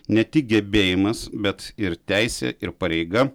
ne tik gebėjimas bet ir teisė ir pareiga